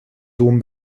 dom